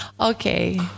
Okay